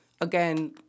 again